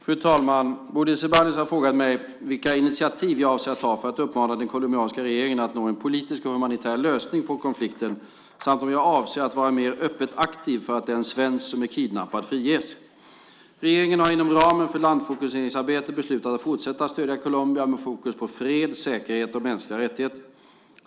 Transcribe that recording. Fru talman! Bodil Ceballos har frågat mig vilka initiativ jag avser att ta för att uppmana den colombianska regeringen att nå en politisk och humanitär lösning på konflikten samt om jag avser att vara mer öppet aktiv för att den svensk som är kidnappad friges. Regeringen har inom ramen för landfokuseringsarbetet beslutat att fortsätta stödja Colombia med fokus på fred, säkerhet och mänskliga rättigheter.